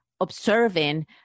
observing